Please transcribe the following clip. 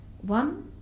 One